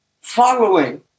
Following